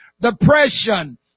depression